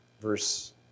Verse